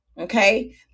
Okay